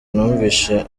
numvise